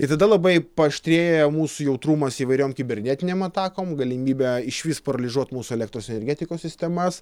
ir tada labai paaštrėja mūsų jautrumas įvairiom kibernetinėm atakom galimybę išvis paralyžiuot mūsų elektros energetikos sistemas